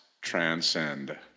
transcend